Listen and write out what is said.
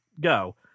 go